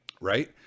Right